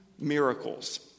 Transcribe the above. miracles